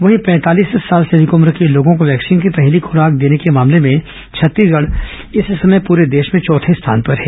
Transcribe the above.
वहीं पैंतालीस साल से अधिक उम्र के लोगों को वैक्सीन की पहली खुराक देने के मामले में छत्तीसगढ़ इस समय पूरे देश में चौथे स्थान पर हैं